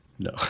No